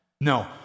No